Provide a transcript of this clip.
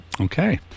Okay